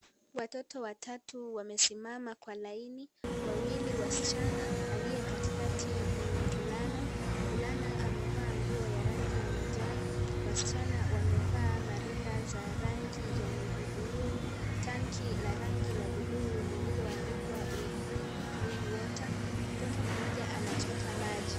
Watoto watatu wamesimama kwa laini wawili wasichana. Aliye katikati ni mvulana. Mvulana amevaa nguo ya rangi ya manjano. Wasichana wamevaa marinda za rangi ya navy blue . Tanki ya rangi la buluu lililoandikwa We drink clean water . Mtoto mmoja anachota maji.